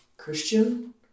Christian